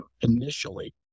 initially